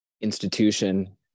institution